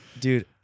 Dude